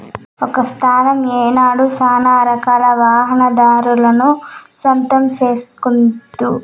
ఒక సంస్థ ఏనాడు సానారకాల వాహనాదారులను సొంతం సేస్కోదు